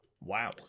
Wow